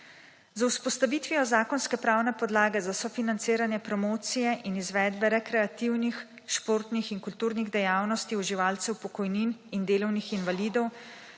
Z vzpostavitvijo zakonske pravne podlage za sofinanciranje, promocije in izvedbe rekreativnih, športnih in kulturnih dejavnosti uživalcev pokojnin in delovnih invalidov